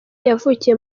yavukiye